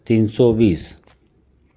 तीन सौ बीस